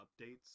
updates